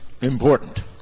important